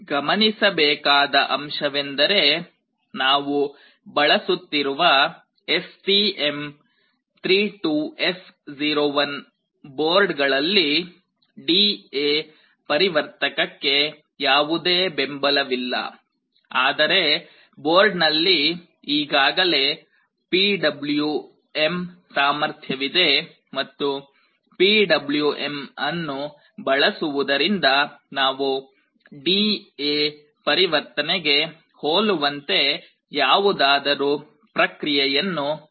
ಗಮನಿಸಬೇಕಾದ ಅಂಶವೆಂದರೆ ನಾವು ಬಳಸುತ್ತಿರುವ STM32F01 ಬೋರ್ಡ್ಗಳಲ್ಲಿ ಡಿ ಎ ಪರಿವರ್ತಕಕ್ಕೆ ಯಾವುದೇ ಬೆಂಬಲವಿಲ್ಲ ಆದರೆ ಬೋರ್ಡ್ನಲ್ಲಿ ಈಗಾಗಲೇ ಪಿಡಬ್ಲ್ಯೂಎಂ ಸಾಮರ್ಥ್ಯವಿದೆ ಮತ್ತು ಪಿ ಡಬ್ಲ್ಯೂ ಎಂ ಅನ್ನು ಬಳಸುವುದರಿಂದ ನಾವು ಡಿ ಎ ಪರಿವರ್ತನೆಗೆ ಹೋಲುವಂತೆ ಯಾವುದಾದರೂ ಪ್ರಕ್ರಿಯೆಯನ್ನು ಮಾಡಬಹುದು